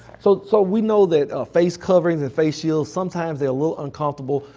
so so we know that ah face coverings and face shields sometimes they're a little uncomfortable.